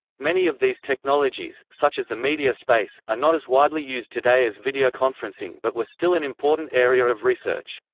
many of these technologies, such as the media space, are not as widely used today as videoconferencing but were still an important area of research.